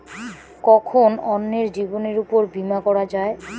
কখন অন্যের জীবনের উপর বীমা করা যায়?